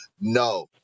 no